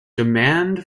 demand